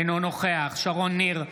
אינו נוכח שרון ניר,